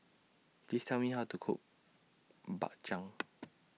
Please Tell Me How to Cook Bak Chang